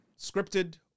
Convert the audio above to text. Scripted